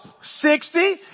sixty